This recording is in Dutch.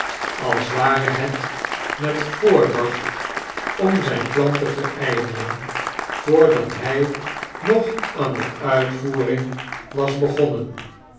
als ware het met voordacht om zijn plan te verijdelen voordat hij nog aan de uitvoering was begonnen